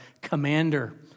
Commander